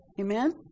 Amen